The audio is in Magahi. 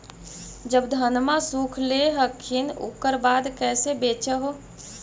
जब धनमा सुख ले हखिन उकर बाद कैसे बेच हो?